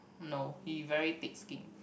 no he very thick skinned